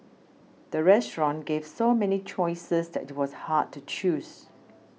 the restaurant gave so many choices that it was hard to choose